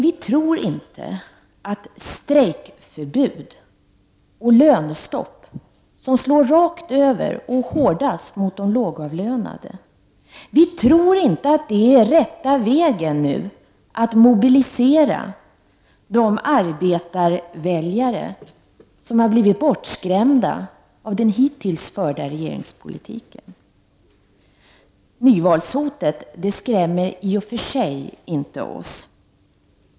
Vi tror inte att strejkförbud och lönestopp som slår rakt över och hårdast mot de lågavlönade är rätta vägen att mobilisera de arbetarväljare som har blivit bortskrämda av den hittills förda regeringspolitiken. Nyvalshotet skrämmer i och för sig inte oss.